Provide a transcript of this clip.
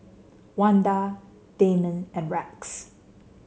Wanda Damon and Rex